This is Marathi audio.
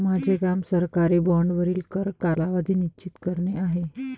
माझे काम सरकारी बाँडवरील कर कालावधी निश्चित करणे आहे